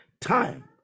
time